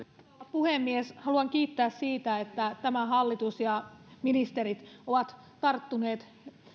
puhemies haluan kiittää siitä että tämä hallitus ja ministerit ovat tarttuneet